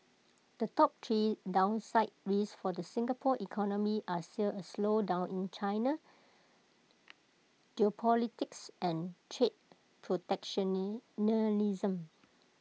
the top three downside risks for the Singapore economy are still A slowdown in China geopolitics and trade